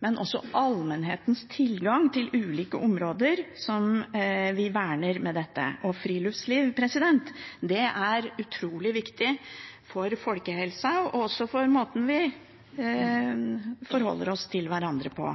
men også allmennhetens tilgang til ulike områder vi verner med dette. Friluftsliv er utrolig viktig for folkehelsa og også for måten vi forholder oss til hverandre på.